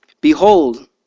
Behold